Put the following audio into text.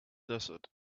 desert